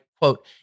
Quote